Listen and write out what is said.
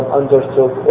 understood